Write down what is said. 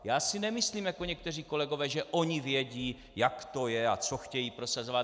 Já si nemyslím jako někteří kolegové, že oni vědí, jak to je a co chtějí prosazovat.